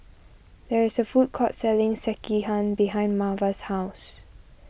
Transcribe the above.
there is a food court selling Sekihan behind Marva's house